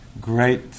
great